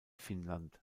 finnland